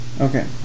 Okay